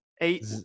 eight